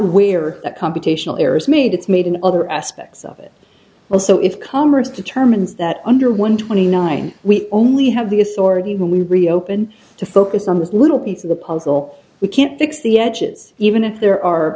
where a computational errors made it's made in other aspects of also if congress determines that under one twenty nine we only have the authority when we reopen to focus on this little piece of the puzzle we can't fix the edges even if there are